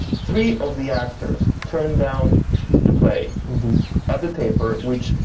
three of the actors turned down the play at the taper which,